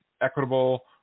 equitable